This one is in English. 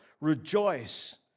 Rejoice